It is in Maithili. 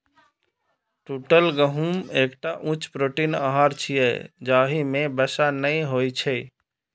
टूटल गहूम एकटा उच्च प्रोटीन आहार छियै, जाहि मे वसा नै होइ छै